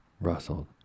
Rustled